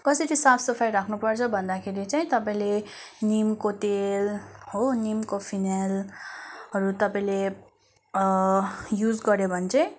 कसरी साफ सफाई राख्नुपर्छ भन्दाखेरि चाहिँ तपाईँले निमको तेल हो निमको फिनेल अरू तपाईँले युज गर्यो भने चाहिँ